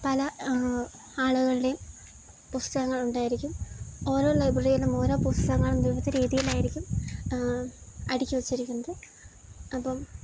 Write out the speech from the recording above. പല ആളുകളുടെയും പുസ്തകങ്ങളുണ്ടായിരിക്കും ഓരോ ലൈബ്രറിയിലും ഓരോ പുസ്തകങ്ങളും വിവിധ രീതിയിലായിരിക്കും അടക്കിവെച്ചിരിക്കുന്നത് അപ്പം